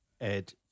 Ed